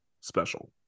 special